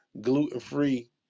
gluten-free